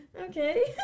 Okay